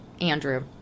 Andrew